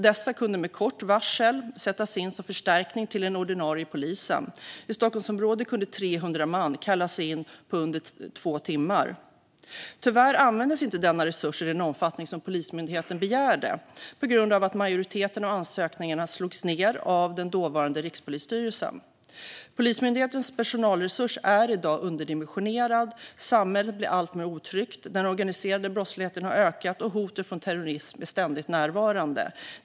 Dessa kunde med kort varsel sättas in som förstärkning till den ordinarie polisen. I Stockholmsområdet kunde 300 man kallas in på under två timmar. Tyvärr användes inte denna resurs i den omfattning som Polismyndigheten begärde, på grund av att majoriteten av ansökningarna avslogs av den dåvarande Rikspolisstyrelsen. Polismyndighetens personalresurs är i dag underdimensionerad. Samhället blir alltmer otryggt, den organiserade brottsligheten har ökat och hotet från terrorism är ständigt närvarande.